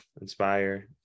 inspire